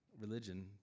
religion